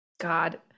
God